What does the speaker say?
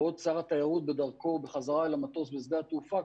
ובעוד שר התיירות בדרכו בחזרה אל המטוס בשדה התעופה,